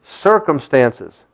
circumstances